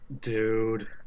Dude